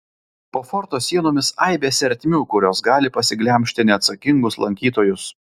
po forto sienomis aibės ertmių kurios gali pasiglemžti neatsakingus lankytojus